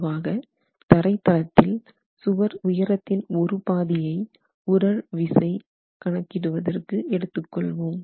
பொதுவாக தரைதளத்தில் சுவர் உயரத்தின் ஒரு பாதியை உறழ் விசை கணக்கிடுவதற்கு எடுத்துக் கொள்வோம்